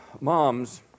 moms